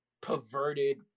perverted